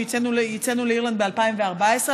שייצאנו לאירלנד ב-2014,